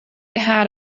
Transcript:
had